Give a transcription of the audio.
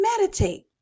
meditate